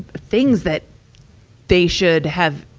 things that they should have,